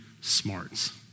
smarts